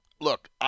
look